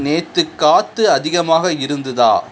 நேற்று காற்று அதிகமாக இருந்துதா